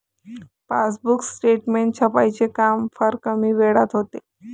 passbook statement छपाईचे काम फार कमी वेळात होते